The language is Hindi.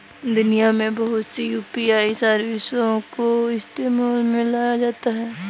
दुनिया में बहुत सी यू.पी.आई सर्विसों को इस्तेमाल में लाया जाता है